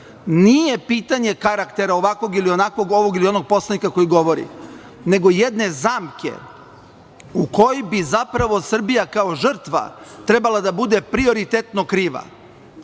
nije pitanje karaktera ovakvog ili onakvog, ovog ili onog poslanika koji govori, nego jedne zamke u koju bi zapravo Srbija kao žrtva trebala da bude prioritetno kriva. Da